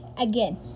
again